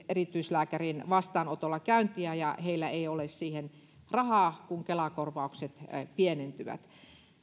erityislääkärin vastaanotolla käyntiä heillä ei ole siihen rahaa kun kela korvaukset pienentyvät